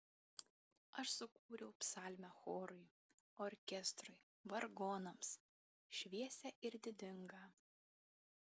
aš sukūriau psalmę chorui orkestrui vargonams šviesią ir didingą